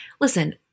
listen